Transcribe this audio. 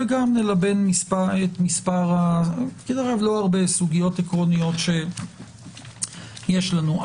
וגם נלבן לא הרבה סוגיות עקרוניות שיש לנו.